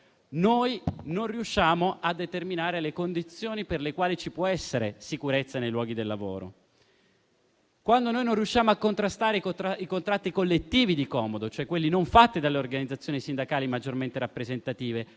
non riusciamo a determinare le condizioni per le quali ci può essere sicurezza nei luoghi di lavoro. Dobbiamo sapere che quando non riusciamo a contrastare i contratti collettivi di comodo, cioè quelli non fatti dalle organizzazioni sindacali maggiormente rappresentative,